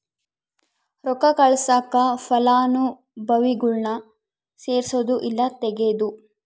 ರೊಕ್ಕ ಕಳ್ಸಾಕ ಫಲಾನುಭವಿಗುಳ್ನ ಸೇರ್ಸದು ಇಲ್ಲಾ ತೆಗೇದು